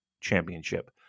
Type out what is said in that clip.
Championship